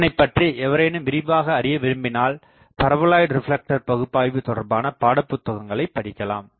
இதனை பற்றி எவரேனும் விரிவாக அறிய விரும்பினால் பரபோலாய்ட் ரிப்லெக்டர் பகுப்பாய்வு தொடர்பான பாட புத்தகங்களை படிக்கலாம்